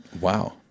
Wow